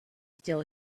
still